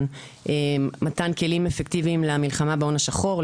מתן כלים אפקטיביים למלחמה בהון השחור,